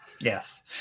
yes